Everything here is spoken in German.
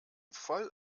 voll